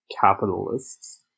Capitalists